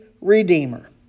redeemer